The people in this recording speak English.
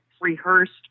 rehearsed